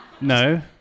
No